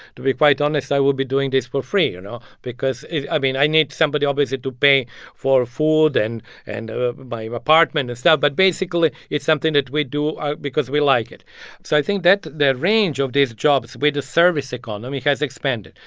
to be quite honest, i would be doing this for free, you know, because i mean, i need somebody obviously to pay for food and and ah my apartment and stuff. but basically, it's something that we do because we like it so think that the range of these jobs with the service economy has expanded.